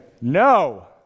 no